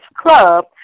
Club